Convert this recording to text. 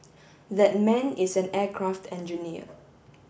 that man is an aircraft engineer